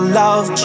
love